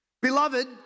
Beloved